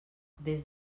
des